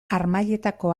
harmailetako